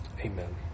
amen